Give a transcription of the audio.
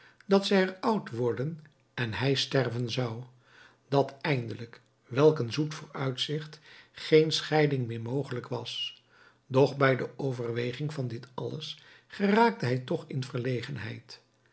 dat zij er oud worden en hij er sterven zou dat eindelijk welk een zoet vooruitzicht geen scheiding meer mogelijk was doch bij de overweging van dit alles geraakte hij toch in verlegenheid